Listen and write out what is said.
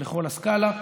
לכל הסקאלה,